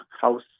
house